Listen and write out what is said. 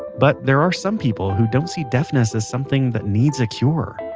but there are some people who don't see deafness as something that needs a cure.